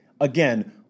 again